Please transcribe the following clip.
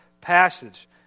passage